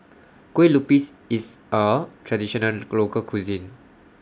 Kueh Lupis IS A Traditional Local Cuisine